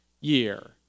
year